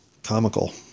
comical